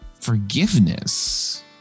forgiveness